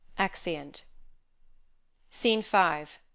exeunt scene five.